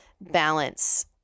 balance